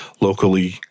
locally